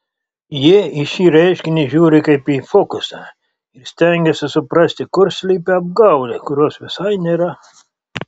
jie į šį reiškinį žiūri kaip į fokusą ir stengiasi suprasti kur slypi apgaulė kurios visai nėra